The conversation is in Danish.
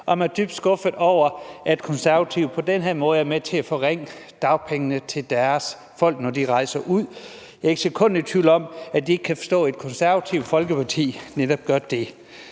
og som er dybt skuffede over, at De Konservative på den her måde er med til at forringe dagpengene for deres folk, når de rejser ud. Jeg er ikke et sekund i tvivl om, at de ikke kan forstå, at Det Konservative Folkeparti netop gør det.